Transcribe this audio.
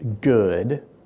good